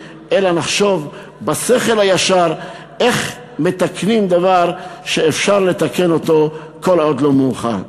אלא נחשוב בשכל הישר איך מתקנים דבר שאפשר לתקן אותו כל עוד לא מאוחר.